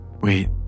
Wait